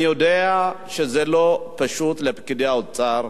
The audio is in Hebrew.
אני יודע שזה לא פשוט לפקידי האוצר,